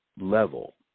level